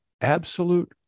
absolute